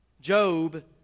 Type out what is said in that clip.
Job